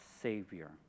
Savior